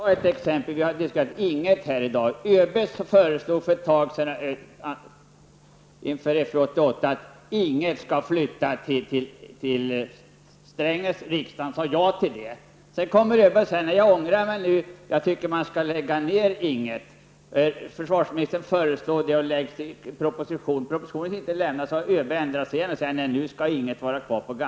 Herr talman! Inför det försvarspolitiska beslutet Strängnäs, och riksdagen sade ja till det förslaget. Därefter ångrade sig ÖB och sade att man ansåg att regementet skulle läggas ner. Men innan propositionen kom ändrade sig ÖB på nytt och menade att regementet skulle ligga kvar.